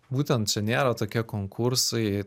būtent čia nėra tokie konkursai